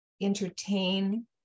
entertain